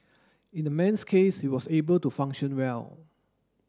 in the man's case he was able to function well